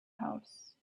house